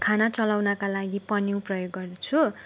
खाना चलाउनका लागि पन्यु प्रयोग गर्दछु